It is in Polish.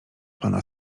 pana